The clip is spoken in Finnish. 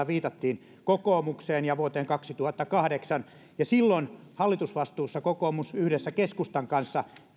viitattiin kokoomukseen ja vuoteen kaksituhattakahdeksan silloin hallitusvastuussa kokoomus yhdessä keskustan kanssa